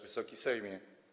Wysoki Sejmie!